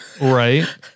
Right